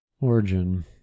Origin